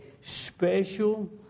special